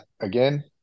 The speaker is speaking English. again